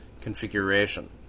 configuration